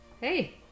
Hey